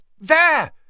There